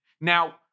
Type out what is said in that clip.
Now